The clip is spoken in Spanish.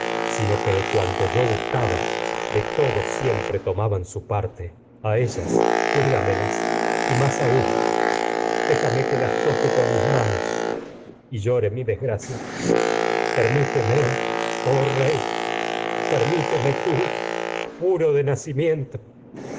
sino que de cuanto yo gustaba de todo siempre tomaban su par aún déjame que las toque te a ellas cuídamelas y más con mis manos y llore mi desgracia permíteme qie oh rey permíteme las eon tú puro de nacimiento